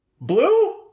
Blue